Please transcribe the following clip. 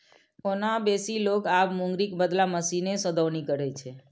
ओना बेसी लोक आब मूंगरीक बदला मशीने सं दौनी करै छै